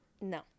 No